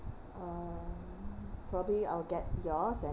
um probably I will get yours and